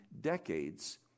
decades